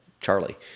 Charlie